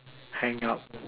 hang up